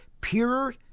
pure